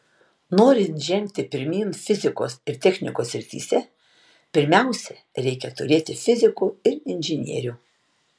norint žengti pirmyn fizikos ir technikos srityse pirmiausia reikia turėti fizikų ir inžinierių